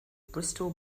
bristol